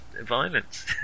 violence